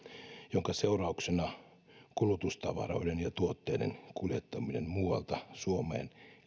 minkä seurauksena kulutustavaroiden ja tuotteiden kuljettaminen muualta suomeen